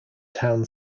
town